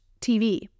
TV